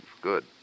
Good